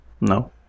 no